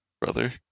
brother